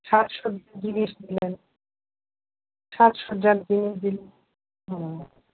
সাজ সজ্জার জিনিস দিলেন সাজ সজ্জার জিনিস দিন হ্যাঁ